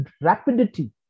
rapidity